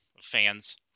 fans